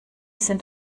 sind